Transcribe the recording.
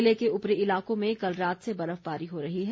ज़िले के ऊपरी इलाकों में कल रात से बर्फबारी हो रही है